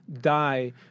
die